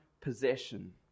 possession